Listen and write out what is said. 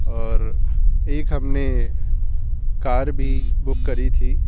اور ایک ہم نے کار بھی بک کری تھی